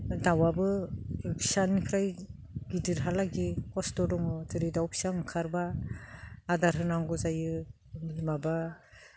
दाउआबो फिसानिफ्राय गिदिरहालागि कस्त' दङ जेरै दाउ फिसा ओंखारबा आदार होनांगौ जायो माबा